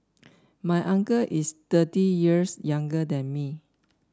my uncle is thirty years younger than me